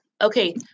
Okay